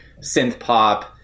synth-pop